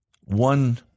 one